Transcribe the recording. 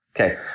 Okay